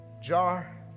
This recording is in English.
jar